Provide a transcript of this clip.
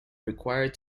required